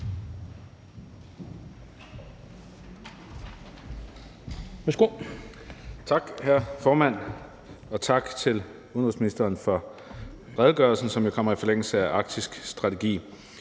Tak, hr. formand. Og tak til udenrigsministeren for redegørelsen, som jo kommer i forlængelse af den arktiske strategi.